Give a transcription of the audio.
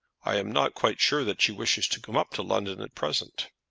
i am not quite sure that she wishes to come up to london at present.